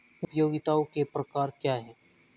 उपयोगिताओं के प्रकार क्या हैं?